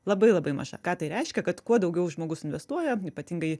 labai labai mažai ką tai reiškia kad kuo daugiau žmogus investuoja ypatingai